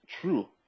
true